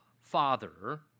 father